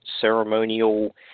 ceremonial